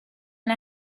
and